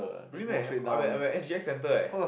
really meh I'm at I'm at S_G_S-center eh